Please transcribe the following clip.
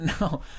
No